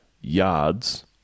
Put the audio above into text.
yards